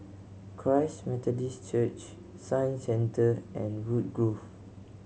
Christ Methodist Church Science Centre and Woodgrove